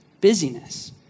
Busyness